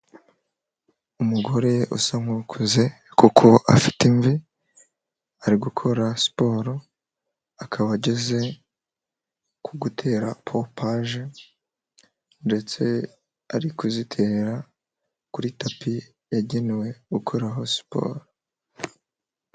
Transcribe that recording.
Umugore usa nkukuze, kuko afite imvi, ari gukora siporo, akaba ageze ku gutera pompaje, ndetse ari kuziterarera, kuri tapi yagenewe gukoraho siporo.